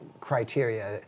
criteria